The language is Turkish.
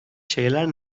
şeyler